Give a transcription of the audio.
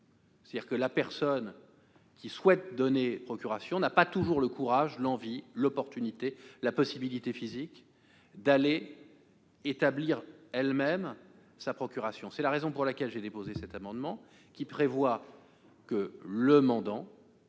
C'est un frein, car la personne qui souhaite donner procuration n'a pas toujours le courage, l'envie, l'opportunité ou la possibilité physique d'aller établir elle-même sa procuration. C'est la raison pour laquelle j'ai déposé cet amendement, qui tend à prévoir que le mandant